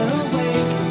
awake